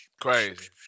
Crazy